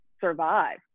survive